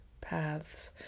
paths